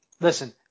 listen